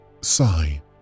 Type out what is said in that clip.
Sigh